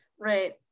Right